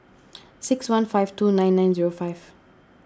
six one five two nine nine zero five